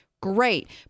Great